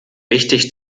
wichtig